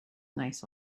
nice